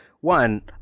one